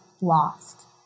lost